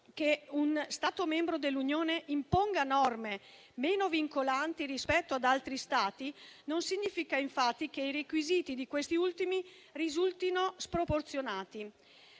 che uno Stato membro dell'Unione imponga norme meno vincolanti rispetto ad altri Stati non significa, infatti, che i requisiti di questi ultimi risultino sproporzionati.